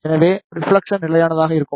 எனவே ரெப்ளக்ஸன் நிலையானதாக இருக்கும்